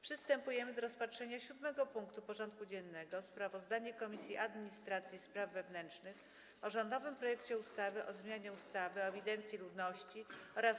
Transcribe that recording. Przystępujemy do rozpatrzenia punktu 7. porządku dziennego: Sprawozdanie Komisji Administracji i Spraw Wewnętrznych o rządowym projekcie ustawy o zmianie ustawy o ewidencji ludności oraz